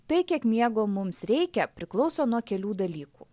tai kiek miego mums reikia priklauso nuo kelių dalykų